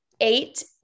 eight